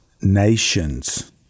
nations